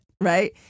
right